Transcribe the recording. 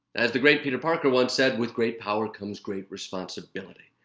as the great peter parker once said, with great power comes great responsibility.